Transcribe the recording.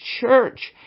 church